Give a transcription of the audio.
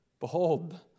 Behold